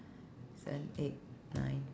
seven eight nine